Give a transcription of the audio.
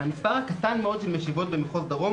המספר הקטן מאוד של משיבת במחוז דרום